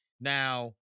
Now